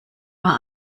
war